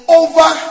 over